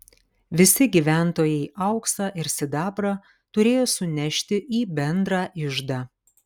visi gyventojai auksą ir sidabrą turėjo sunešti į bendrą iždą